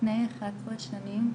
לפני 11 שנים,